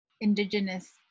Indigenous